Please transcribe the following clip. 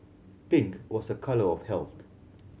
pink was a colour of health